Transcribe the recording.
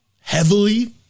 heavily